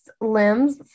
limbs